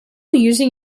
using